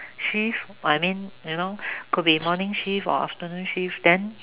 shift I mean you know could be morning shift or afternoon shift then